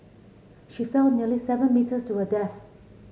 she fell nearly seven metres to her death